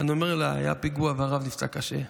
ואני אומר לה: היה פיגוע והרב נפצע קשה.